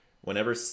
whenever